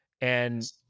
and-